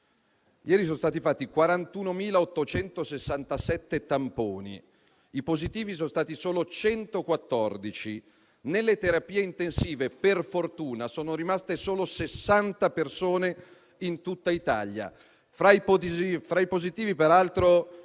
Ieri sono stati fatti 41.867 tamponi; i positivi sono stati solo 114. Nelle terapie intensive, per fortuna, sono rimaste solo 60 persone in tutta Italia. Fra i positivi, peraltro,